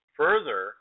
further